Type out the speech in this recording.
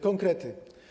Konkrety.